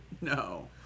No